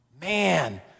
Man